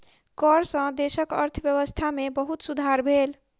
कर सॅ देशक अर्थव्यवस्था में बहुत सुधार भेल